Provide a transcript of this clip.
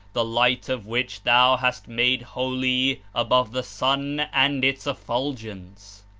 the light of which thou hast made holy above the sun and its effulgence.